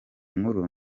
nkuru